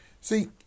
See